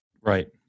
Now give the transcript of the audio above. Right